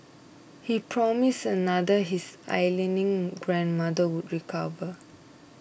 he promised another his ailing grandmother would recover